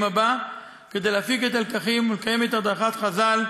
הבא כדי להפיק את הלקחים ולקיים את הדרכת חז"ל: